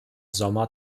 sommer